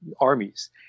armies